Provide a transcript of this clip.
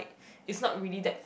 is not really that